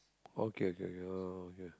okay okay oh okay